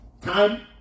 time